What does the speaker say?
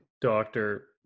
doctor